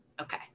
Okay